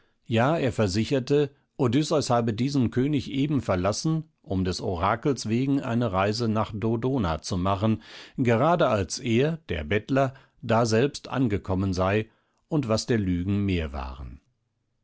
ja er versicherte odysseus habe diesen könig eben verlassen um des orakels wegen eine reise nach dodona zu machen gerade als er der bettler daselbst angekommen sei und was der lügen mehr waren